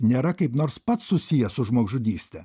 nėra kaip nors pats susijęs su žmogžudyste